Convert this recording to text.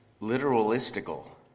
Literalistical